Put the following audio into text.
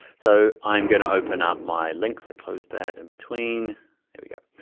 so i'm gonna open up my links. i close that in between, there we go.